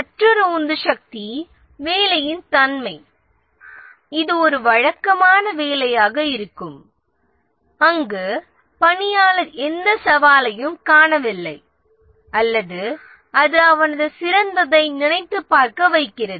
மற்றொரு உந்துசக்தி அந்த வேலையின் தன்மை இது ஒரு வழக்கமான வேலையாக இருந்து அங்கு பணியாளர் எந்த சவாலையும் காணாமல் இருக்கலாம் அல்லது அது அவனது சிறந்ததை சிந்திக்க வைக்கிறது